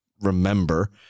remember